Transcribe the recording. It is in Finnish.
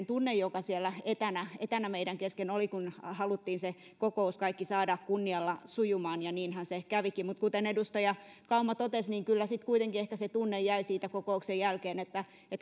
tunne joka siellä etänä etänä meidän kesken oli kun haluttiin se kokous ja kaikki saada kunnialla sujumaan ja niinhän se kävikin mutta kuten edustaja kauma totesi niin ehkä jäi kokouksen jälkeen se tunne että